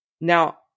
Now